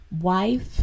wife